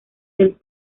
del